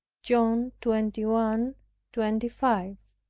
john twenty one twenty five.